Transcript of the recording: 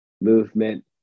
movement